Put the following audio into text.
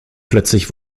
plötzlich